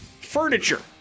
Furniture